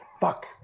fuck